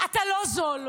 אתה לא זול.